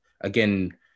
Again